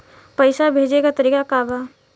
पैसा भेजे के तरीका का बा?